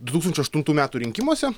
du tūkstančiai aštuntų metų rinkimuose